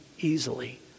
easily